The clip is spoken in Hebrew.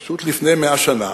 פשוט, לפני 100 שנה